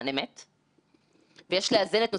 למרות שחברי כנסת רבים ומצוינים דב חנין,